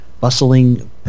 bustling